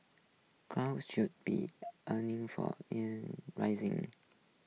should be only for rising